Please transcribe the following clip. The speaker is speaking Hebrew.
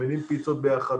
מזמינים פיצות ביחד,